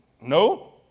No